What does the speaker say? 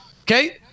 Okay